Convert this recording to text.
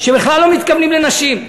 שבכלל לא מתכוונים לנשים.